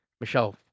Michelle